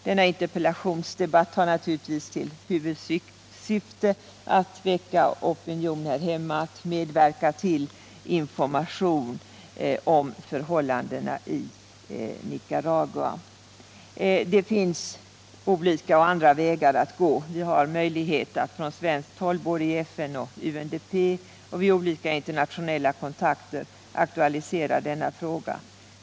Denna interpellationsdebatt har naturligtvis till huvudsyfte att väcka opinion här hemma och att bidra till att sprida information om förhållandena i Nicaragua. Det finns också andra vägar att gå. Vi har möjlighet att från svenskt håll i FN, bl.a. i UNDP, och vid olika internationella kontakter aktualisera denna fråga.